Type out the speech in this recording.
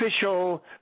official